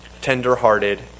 tender-hearted